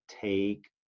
take